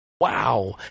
wow